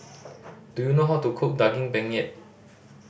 do you know how to cook Daging Penyet